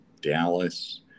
Dallas